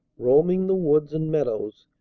roaming the woods and meadows,